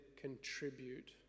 contribute